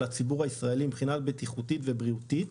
הציבור הישראלי מבחינה בטיחותית ובריאותית,